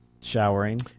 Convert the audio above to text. Showering